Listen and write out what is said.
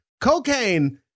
Cocaine